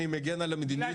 אני מגן על המדיניות.